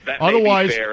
Otherwise